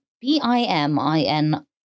B-I-M-I-N-